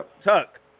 Tuck